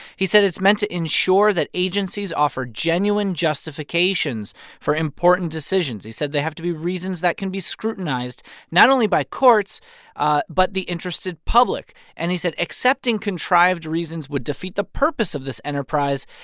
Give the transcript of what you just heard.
he said it's meant to ensure that agencies offer genuine justifications for important decisions. he said they have to be reasons that can be scrutinized not only by courts ah but the interested public. and he said accepting contrived reasons would defeat the purpose of this enterprise.